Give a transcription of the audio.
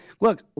look